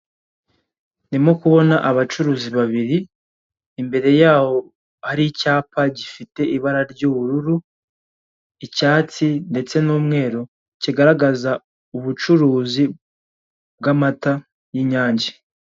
Ndimo kubona abacuruzi babiri, imbere yaho hari icyapa gifite ibara ry'ubururu, icyatsi ndetse n'umweru, kigaragaza ubucuruzi bw'amata y'inyange.